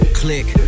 click